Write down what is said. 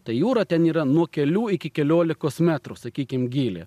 tai jura ten yra nuo kelių iki keliolikos metrų sakykim gyly